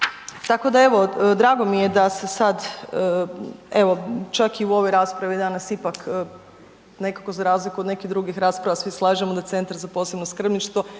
Tako da evo, drago mi je da se sad evo čak i u ovoj raspravi danas ipak nekako za razliku od nekih drugih rasprava svi slažemo da Centar za posebno skrbništvo,